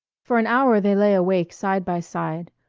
for an hour they lay awake side by side,